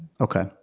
Okay